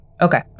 Okay